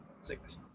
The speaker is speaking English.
six